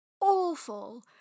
awful